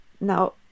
now